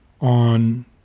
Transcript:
on